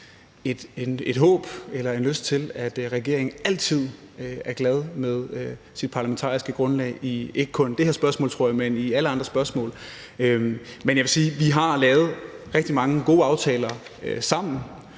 et håb eller en lyst til, at regeringen altid er glad sammen med sit parlamentariske grundlag og ikke kun i det her spørgsmål, tror jeg, men i alle andre spørgsmål også. Men jeg vil sige, at vi har lavet rigtig mange gode aftaler sammen,